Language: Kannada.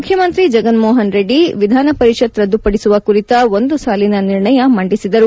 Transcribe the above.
ಮುಖ್ಯಮಂತ್ರಿ ಜಗನ್ ಮೋಹನ್ ರೆಡ್ಡಿ ವಿಧಾನ ಪರಿಷತ್ ರದ್ದುಪಡಿಸುವ ಕುರಿತ ಒಂದು ಸಾಲಿನ ನಿರ್ಣಯ ಮಂಡಿಸಿದರು